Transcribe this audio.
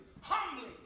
humbly